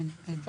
נגיע לזה